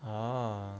oh